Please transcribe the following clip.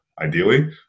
ideally